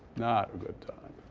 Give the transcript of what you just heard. not a good time.